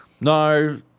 no